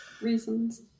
Reasons